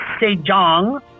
Sejong